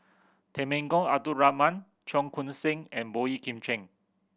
Temenggong Abdul Rahman Cheong Koon Seng and Boey Kim Cheng